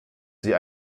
sie